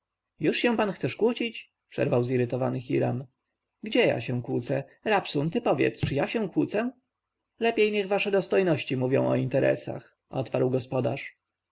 już się pan chcesz kłócić przerwał zirytowany hiram gdzie ja się kłócę rabsun ty powiedz czy ja się kłócę lepiej niech wasze dostojności mówią o interesach odparł gospodarz